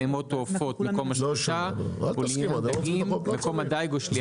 בהמות או עופות מקום השחיטה --- מקום הדייג או --- אל תסכימו.